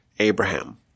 Abraham